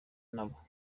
nabo